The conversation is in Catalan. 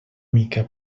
mica